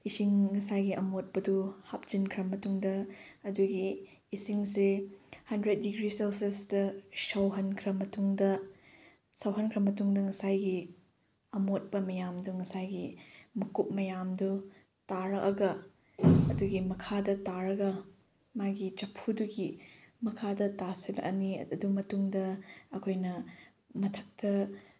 ꯏꯁꯤꯡ ꯉꯁꯥꯏꯒꯤ ꯑꯃꯣꯠꯄꯗꯨ ꯍꯥꯞꯆꯤꯟꯈ꯭ꯔ ꯃꯇꯨꯡꯗ ꯑꯗꯨꯒꯤ ꯏꯁꯤꯡꯁꯦ ꯍꯟꯗ꯭ꯔꯦꯠ ꯗꯤꯒ꯭ꯔꯤ ꯁꯦꯜꯁꯤꯌꯁꯇ ꯁꯧꯍꯟꯈ꯭ꯔ ꯃꯇꯨꯡꯗ ꯁꯧꯍꯟꯈ꯭ꯔ ꯃꯇꯨꯡꯗ ꯉꯁꯥꯏꯒꯤ ꯑꯃꯣꯠꯄ ꯃꯌꯥꯝꯗꯨ ꯉꯁꯥꯏꯒꯤ ꯃꯀꯨꯞ ꯃꯌꯥꯝꯗꯨ ꯇꯥꯔꯛꯑꯒ ꯑꯗꯨꯒꯤ ꯃꯈꯥꯗ ꯇꯥꯔꯒ ꯃꯥꯒꯤ ꯆꯐꯨꯗꯨꯒꯤ ꯃꯈꯥꯗ ꯇꯥꯁꯤꯜꯂꯛꯑꯅꯤ ꯑꯗꯨ ꯃꯇꯨꯡꯗ ꯑꯩꯈꯣꯏꯅ ꯃꯊꯛꯇ